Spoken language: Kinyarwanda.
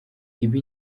ibi